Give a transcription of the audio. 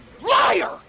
Liar